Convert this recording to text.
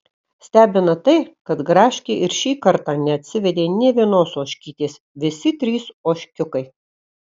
stebina tai kad gražkė ir šį kartą neatsivedė nė vienos ožkytės visi trys ožkiukai